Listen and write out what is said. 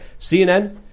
CNN